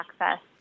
access